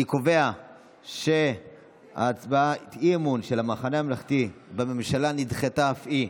קובע שהצעת האי-אמון בממשלה של המחנה הממלכתי נדחתה אף היא.